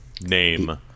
Name